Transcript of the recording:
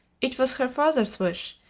it was her father's wish,